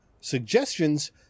Suggestions